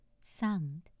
sound